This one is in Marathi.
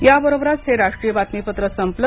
याबरोबरच हे राष्ट्रीय बातमीपत्र संपलं